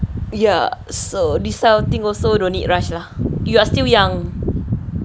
ya so this type of type also don't need rush lah you are still young